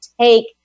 take